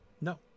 No